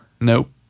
Nope